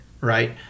right